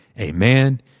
amen